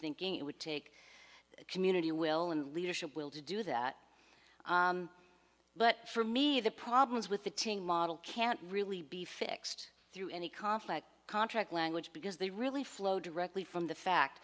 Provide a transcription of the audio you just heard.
thinking it would take the community will and leadership will to do that but for me the problems with the tng model can't really be fixed through any conflict contract language because they really flow directly from the fact